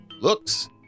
Looks